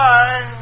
Bye